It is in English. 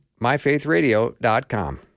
MyFaithRadio.com